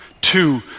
Two